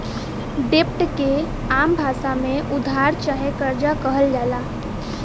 डेब्ट के आम भासा मे उधार चाहे कर्जा कहल जाला